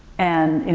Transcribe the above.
and, you